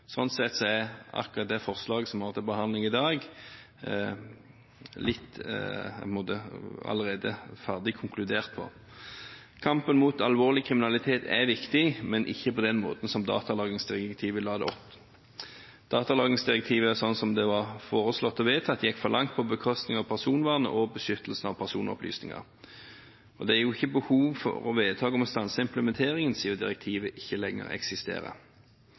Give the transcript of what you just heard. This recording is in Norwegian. Sånn sett er det på en måte allerede blitt konkludert når det gjelder akkurat det forslaget som vi har til behandling i dag. Kampen mot alvorlig kriminalitet er viktig, men kan ikke føres på den måten som datalagringsdirektivet la opp til. Datalagringsdirektivet sånn som det var foreslått og vedtatt, gikk for langt på bekostning av personvernet og beskyttelsen av personopplysninger. Det er ikke behov for noe vedtak om å stanse implementeringen, siden direktivet ikke lenger eksisterer.